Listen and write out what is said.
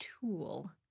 tool